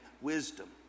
Wisdom